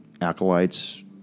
acolytes